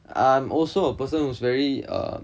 I'm also a person who's very err